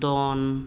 ᱫᱚᱱ